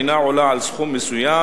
אינה עולה על סכום מסוים,